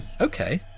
Okay